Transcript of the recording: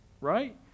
right